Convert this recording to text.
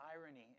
irony